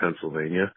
Pennsylvania